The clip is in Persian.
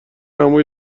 عمویی